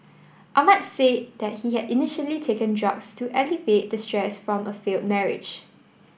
Ahmad said that he had initially taken drugs to alleviate the stress from a failed marriage